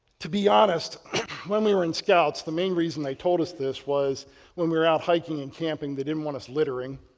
to be honest when we were in scouts the main reason they told us this was when we were out hiking and camping they didn't want us littering.